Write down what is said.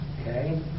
Okay